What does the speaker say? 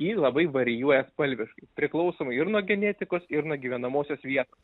ji labai varijuoja spalviškai priklausomai ir nuo genetikos ir nuo gyvenamosios vietos